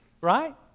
Right